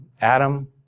Adam